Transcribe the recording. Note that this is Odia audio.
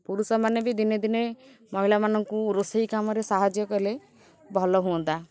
ପୁରୁଷମାନେ ବି ଦିନେ ଦିନେ ମହିଳାମାନଙ୍କୁ ରୋଷେଇ କାମରେ ସାହାଯ୍ୟ କଲେ ଭଲ ହୁଅନ୍ତା